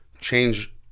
change